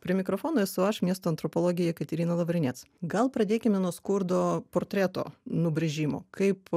prie mikrofono esu aš miesto antropologė jekaterina lavrinec gal pradėkime nuo skurdo portreto nubrėžimo kaip